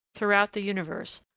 throughout the universe,